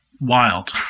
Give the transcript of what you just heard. wild